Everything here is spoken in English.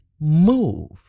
move